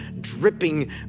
dripping